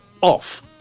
off